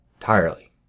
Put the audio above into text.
entirely